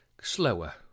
slower